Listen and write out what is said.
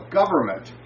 government